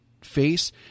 face